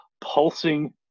pulsing